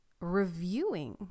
reviewing